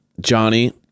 Johnny